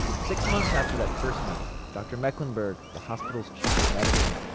six months after that first meeting, dr. mecklenburg, the hospital's chief of medicine,